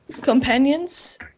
companions